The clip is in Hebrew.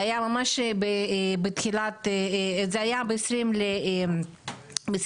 זה היה ב-20.4